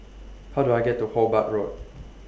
How Do I get to Hobart Road